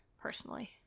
personally